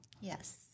Yes